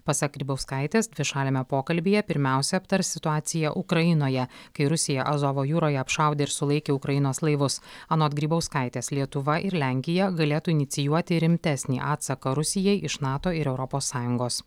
pasak grybauskaitės dvišaliame pokalbyje pirmiausia aptars situaciją ukrainoje kai rusija azovo jūroje apšaudė ir sulaikė ukrainos laivus anot grybauskaitės lietuva ir lenkija galėtų inicijuoti rimtesnį atsaką rusijai iš nato ir europos sąjungos